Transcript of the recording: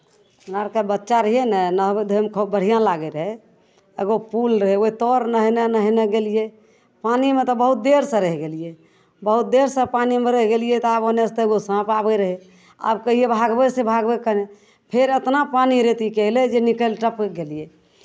हमरा आरके बच्चा रहियै ने नहबै धोयमे खूब बढ़िआँ लागैट रहै एगो पुल रहै ओहि तर नहयने नहयने गेलियै पानिमे तऽ बहुत देरसँ रहि गेलियै बहुत देरसँ पानिमे रहि गेलियै तऽ आब ओन्नऽ सँ एगो साँप आबैत रहै आब कहियै भगबै से भगबै केन्नऽ फेर अतना पानि रेतीके अयलै जे निकलि टपकि गेलियै